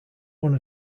one